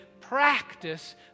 practice